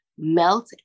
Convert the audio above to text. Melt